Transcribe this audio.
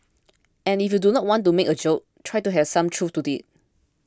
and if you do want to make a joke try to have some truth to it